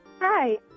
Hi